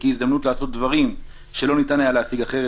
כהזדמנות לעשות דברים שלא ניתן היה להשיג אחרת,